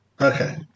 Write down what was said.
Okay